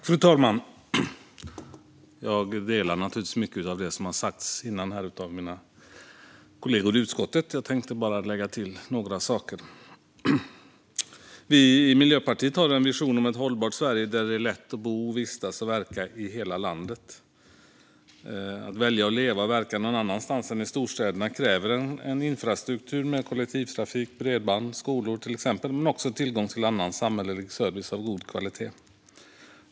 Fru talman! Jag instämmer i mycket av det som har sagts av mina kollegor i utskottet, och jag tänkte lägga till bara några saker. Vi i Miljöpartiet har en vision om ett hållbart Sverige där det är lätt att bo, vistas och verka i hela landet. Att välja att leva och verka någon annanstans än i storstäderna kräver en infrastruktur med till exempel kollektivtrafik, bredband och skolor samt också tillgång till annan samhällelig service av god kvalitet.